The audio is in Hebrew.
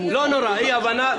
לא נורא, אי הבנה.